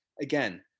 Again